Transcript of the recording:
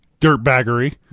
Dirtbaggery